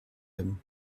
him